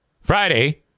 Friday